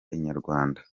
inyarwanda